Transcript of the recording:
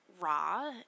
raw